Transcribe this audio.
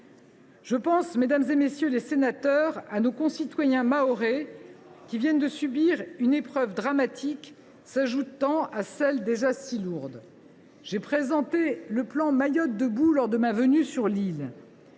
Je pense, mesdames, messieurs les députés, à nos concitoyens mahorais, qui viennent de subir une épreuve dramatique s’ajoutant à d’autres, déjà bien lourdes. « J’ai présenté le plan “Mayotte debout” lors de ma venue sur l’île.